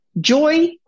Joy